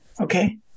okay